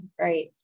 right